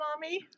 mommy